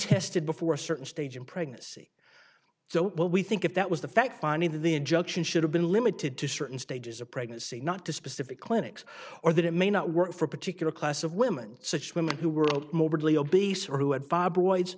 untested before a certain stage in pregnancy so what we think if that was the fact finding that the injunction should have been limited to certain stages of pregnancy not to specific clinics or that it may not work for a particular class of women such women who were all morbidly obese or who had fibroids